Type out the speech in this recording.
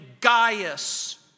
Gaius